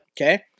Okay